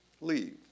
leave